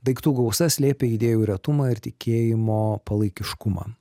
daiktų gausa slėpė idėjų retumą ir tikėjimo palaikiškumą